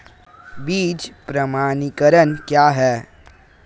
बीज प्रमाणीकरण क्या है?